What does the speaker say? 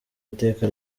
iteka